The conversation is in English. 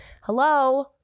hello